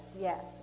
Yes